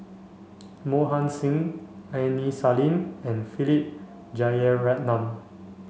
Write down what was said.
Mohan Singh Aini Salim and Philip Jeyaretnam